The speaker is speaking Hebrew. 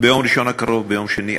ביום ראשון הקרוב או ביום שני.